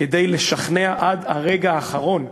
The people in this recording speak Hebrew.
כדי לשכנע עד הרגע האחרון,